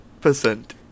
percent